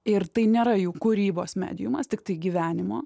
ir tai nėra jų kūrybos mediumas tiktai gyvenimo